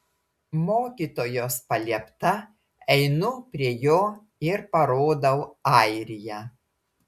mokytojos paliepta einu prie jo ir parodau airiją